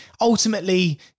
ultimately